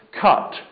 cut